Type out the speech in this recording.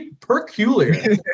peculiar